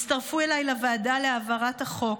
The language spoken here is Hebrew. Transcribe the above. הצטרפו אליי לוועדה להעברת החוק.